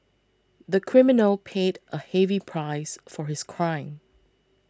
the criminal paid a heavy price for his crime